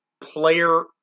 player